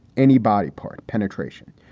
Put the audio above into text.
anybody part. penetration.